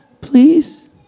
Please